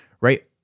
Right